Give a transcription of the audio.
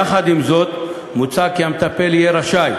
יחד עם זאת, מוצע כי המטפל יהיה רשאי,